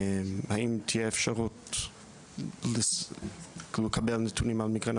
האם תהיה אפשרות לקבל נתונים על מיגרנה